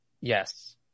Yes